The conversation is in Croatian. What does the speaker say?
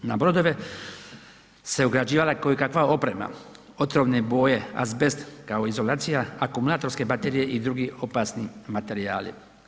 Na brodove se ugrađivala koje kakva oprema, otrovne boje, azbest kao izolacija, akumulatorske baterije i drugi opasni materijali.